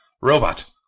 Robot